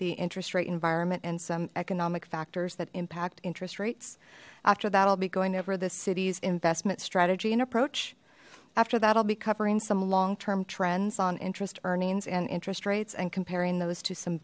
the interest rate environment and some economic factors that impact interest rates after that i'll be going over the city's investment strategy and approach after that we'll be covering some long term trends on interest earnings and interest rates and comparing those to some